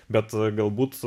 bet galbūt